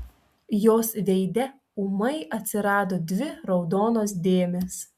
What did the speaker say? jos veide ūmai atsirado dvi raudonos dėmės